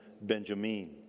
Benjamin